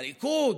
הליכוד,